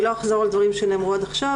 אני לא אחזור על דברים שנאמרו עד עכשיו,